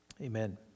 Amen